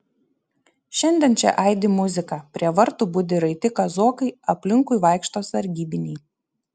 šiandien čia aidi muzika prie vartų budi raiti kazokai aplinkui vaikšto sargybiniai